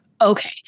Okay